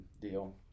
deal